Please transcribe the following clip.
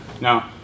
now